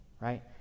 right